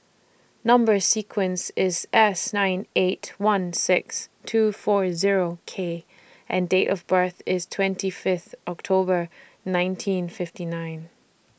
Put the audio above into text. Number sequence IS S nine eight one six two four Zero K and Date of birth IS twenty Fifth October nineteen fifty nine